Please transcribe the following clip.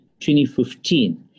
2015